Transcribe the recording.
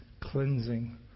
cleansing